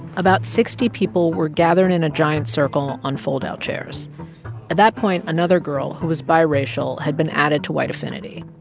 about sixty people were gathered in a giant circle on foldout chairs. at that point, another girl, who was biracial, had been added to white affinity.